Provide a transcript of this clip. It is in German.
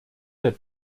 der